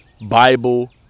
Bible